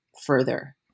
further